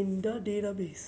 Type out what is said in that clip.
in the database